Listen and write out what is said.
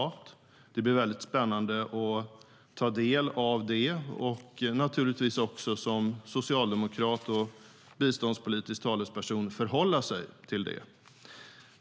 Det blir naturligtvis väldigt spännande att ta del av det och förhålla sig till det som socialdemokrat och biståndspolitisk talesperson.